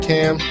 Cam